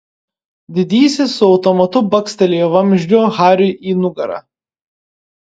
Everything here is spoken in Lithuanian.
didysis su automatu bakstelėjo vamzdžiu hariui į nugarą